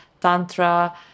Tantra